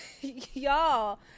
Y'all